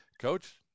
Coach